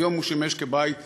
היום הוא שימש כבית לכולם.